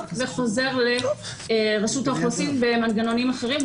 וחוזר לרשות האוכלוסין ומנגנונים אחרים,